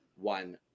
one